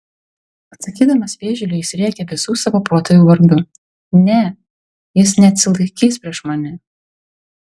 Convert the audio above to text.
atsakydamas vėžliui jis rėkia visų savo protėvių vardu ne jis neatsilaikys prieš mane